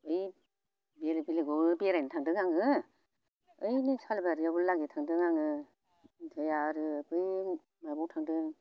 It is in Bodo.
बे बेलग बेलगाव बेराइनो थांदों आङो ओइनै सालबारियावबो लागि थांदों आङो ओमफ्राय आरो बै माबायाव थांदों